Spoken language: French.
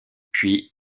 puis